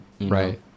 right